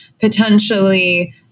potentially